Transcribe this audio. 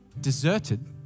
deserted